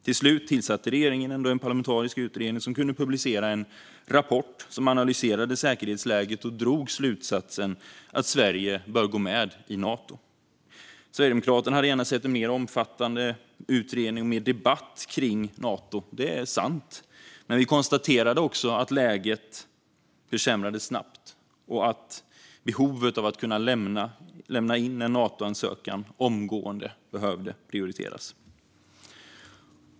Till slut tillsatte regeringen ändå en parlamentarisk utredning som kunde publicera en rapport med en analys av säkerhetsläget och drog slutsatsen att Sverige bör gå med i Nato. Sverigedemokraterna hade gärna sett en mer omfattande utredning och mer debatt kring Nato - det är sant. Men vi konstaterade också att läget försämrades snabbt och att möjligheten att lämna in en Natoansökan omgående behövde prioriteras.